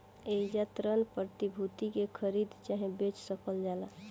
एइजा ऋण प्रतिभूति के खरीद चाहे बेच सकल जाला